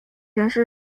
全市